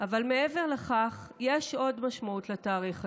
אבל מעבר לכך יש עוד משמעות לתאריך הזה.